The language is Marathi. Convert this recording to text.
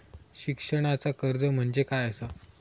शिक्षणाचा कर्ज म्हणजे काय असा?